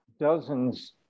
dozens